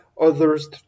Others